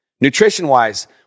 Nutrition-wise